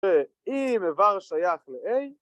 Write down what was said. ‫שאם איבר שייך לאיי.